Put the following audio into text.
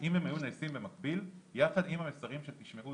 אם הם היו נעשים במקבלים יחד עם המסרים של 'תשמרו,